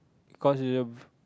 because it's a